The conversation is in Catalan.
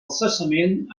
cessament